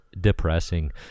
depressing